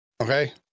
Okay